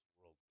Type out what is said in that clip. world